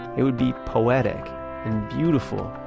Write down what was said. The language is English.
it would be poetic and beautiful.